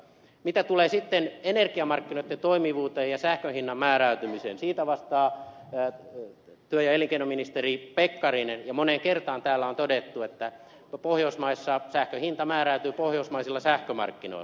mitä tulee sitten energiamarkkinoitten toimivuuteen ja sähkön hinnan määräytymiseen siitä vastaa työ ja elinkeinoministeri pekkarinen ja moneen kertaan täällä on todettu että pohjoismaissa sähkön hinta määräytyy pohjoismaisilla sähkömarkkinoilla